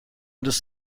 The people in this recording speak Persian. دوست